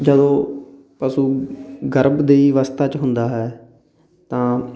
ਜਦੋਂ ਪਸ਼ੂ ਗਰਭ ਦੇਹੀ ਅਵਸਥਾ 'ਚ ਹੁੰਦਾ ਹੈ ਤਾਂ